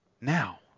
Now